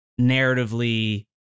narratively